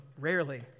rarely